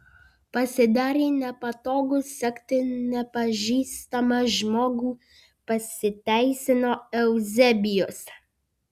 pasidarė nepatogu sekti nepažįstamą žmogų pasiteisino euzebijus